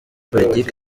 politiki